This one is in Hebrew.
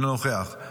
אינו נוכח,